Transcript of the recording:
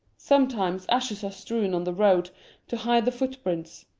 sometimes ashes are strewn on the road to hide the footprints.